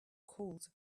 called